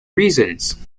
reasons